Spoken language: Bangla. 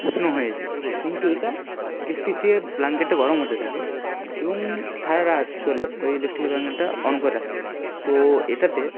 উষ্ণ হয়ে যায় কিন্তু এটা ইলেকটিক থেকে ব্লাঙ্কেটটা গরম হতে থাকে এবং সারা রাত চলে ওই ইলেকট্রিক্যাল ব্লাঙ্কেটটা অন করে রাখতে হয় তো এটাতে